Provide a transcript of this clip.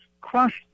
crushed